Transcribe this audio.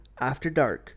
AFTERDARK